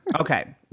Okay